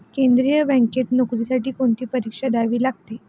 केंद्रीय बँकेत नोकरीसाठी कोणती परीक्षा द्यावी लागते?